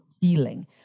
feeling